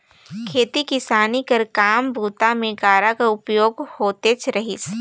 खेती किसानी कर काम बूता मे गाड़ा कर उपयोग होतेच रहिस